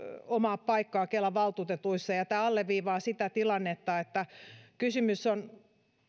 omaa paikkaa kelan valtuutetuissa ja ja tämä alleviivaa sitä tilannetta että kysymys on